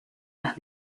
las